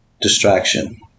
distraction